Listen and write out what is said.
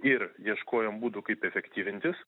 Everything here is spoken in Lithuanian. ir ieškojom būdų kaip efektyvintis